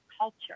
culture